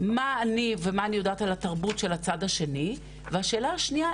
מה אני ומה אני יודעת על התרבות של הצד השני והשאלה השנייה,